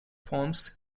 forms